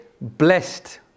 blessed